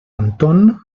anton